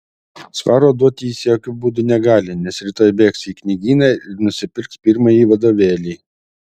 svaro duoti jis jokiu būdu negali nes rytoj bėgs į knygyną ir nusipirks pirmąjį vadovėlį